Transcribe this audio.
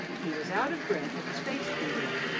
he was out of breath and his face grew red,